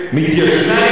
נא לא להפריע לשר.